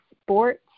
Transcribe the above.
Sports